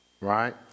Right